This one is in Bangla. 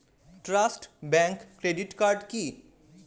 ট্রাস্ট ব্যাংক ক্রেডিট কার্ড কি?